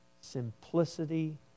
simplicity